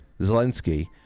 Zelensky